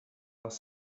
dans